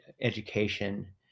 education